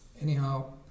Anyhow